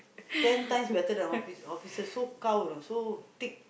ten times better than office offices so gao you know so thick